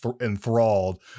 enthralled